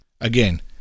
Again